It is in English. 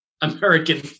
American